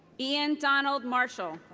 ean donald marshall.